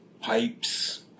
pipes